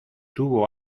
tuvo